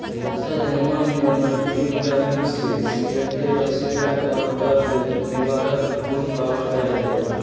सहजनवा में multivitamins antioxidant और दर्द निवारक गुण पावल जाहई